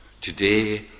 Today